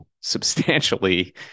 substantially